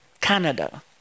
Canada